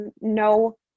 no